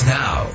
now